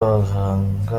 abahanga